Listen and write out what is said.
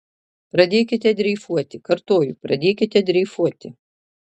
pradėkite dreifuoti kartoju pradėkite dreifuoti